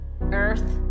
Earth